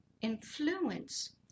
influence